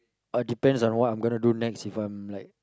uh depends on what I'm going to next if I'm like